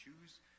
choose